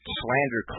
slander